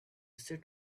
set